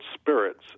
spirits